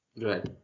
Right